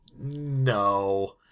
No